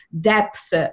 depth